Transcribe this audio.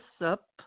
up